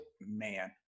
man